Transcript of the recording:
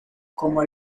como